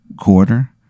quarter